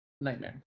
Nightmare